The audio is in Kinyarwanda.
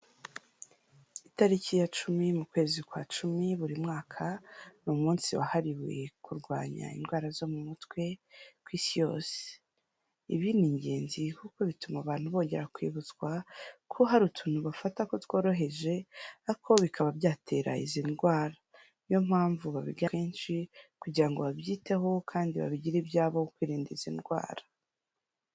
Itariki ya cumi mu kwezi kwa cumi buri mwaka ni umunsi wahariwe kurwanya indwara zo mu mutwe ku isi yose. Ibi ni ingenzi kuko bituma abantu bongera kwibutswa ko hari utuntu bafata ko tworoheje ariko bikaba byatera izi ndwara niyo mpamvu babiga kenshi kugira ngo babyiteho kandi babigire ibyabo kwirinda izi ndwara